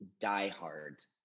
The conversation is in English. diehard